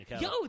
yo